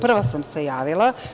Prva sam se javila.